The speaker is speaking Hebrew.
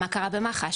מה קרה במח"ש?